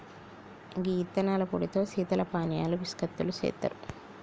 గీ యిత్తనాల పొడితో శీతల పానీయాలు బిస్కత్తులు సెత్తారు